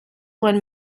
won